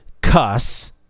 cuss